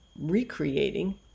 recreating